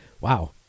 Wow